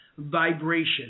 vibration